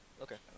okay